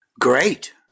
Great